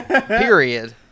period